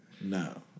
No